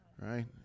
Right